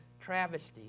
travesty